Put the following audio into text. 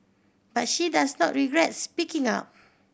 but she does not regret speaking up